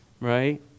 right